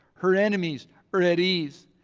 her enemies are at ease.